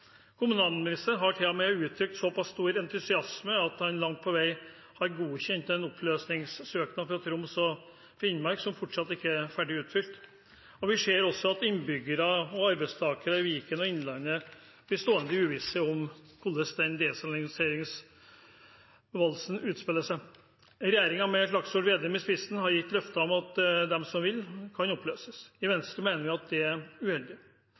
Kommunalministeren har til og med uttrykt såpass stor entusiasme at han langt på vei har godkjent en oppløsningssøknad fra Troms og Finnmark som fortsatt ikke er ferdig utfylt. Vi ser også at innbyggere og arbeidstakere i Viken og Innlandet blir stående i uvisse om hvordan den desentraliseringsvalsen utspiller seg. Regjeringen, med Slagsvold Vedum i spissen, har gitt løfter om at de som vil, kan oppløses. I Venstre mener vi at det er uheldig.